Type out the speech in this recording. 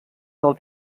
del